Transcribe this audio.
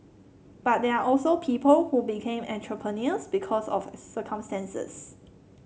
but there are also people who became entrepreneurs because of circumstances